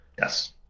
yes